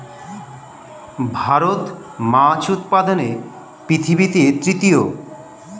ভারত মাছ উৎপাদনে পৃথিবীতে তৃতীয়